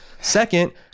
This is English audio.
Second